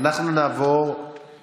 אנחנו נעבור